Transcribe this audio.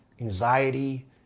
anxiety